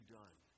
done